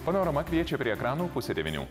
panorama kviečia prie ekranų pusę devynių